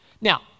Now